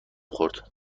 خورد